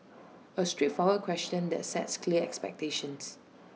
A straightforward question that sets clear expectations